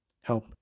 help